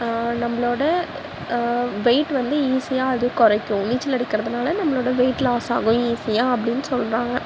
நம்பளோட வெயிட் வந்து ஈஸியாக அது குறைக்கும் நீச்சல் அடிக்கிறதுனால நம்மளோடய வெயிட் லாஸ் ஆகும் ஈஸியாக அப்படின்னு சொல்கிறாங்க